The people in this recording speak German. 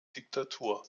diktatur